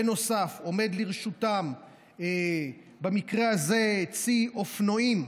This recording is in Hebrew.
בנוסף, עומד לרשותם במקרה הזה צי אופנועים,